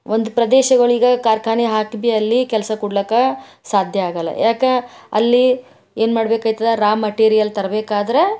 ಒಂದು ಪ್ರದೇಶಗಳಿಗೆ ಕಾರ್ಖಾನೆ ಹಾಕಿ ಬಿ ಅಲ್ಲಿ ಕೆಲಸ ಕೊಡ್ಲಕ್ಕ ಸಾಧ್ಯ ಆಗಲ್ಲ ಯಾಕೆ ಅಲ್ಲಿ ಏನು ಮಾಡ್ಬೇಕಾಯ್ತದ ರಾ ಮಟೀರಿಯಲ್ ತರ್ಬೇಕಾದ್ರೆ